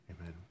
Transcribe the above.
Amen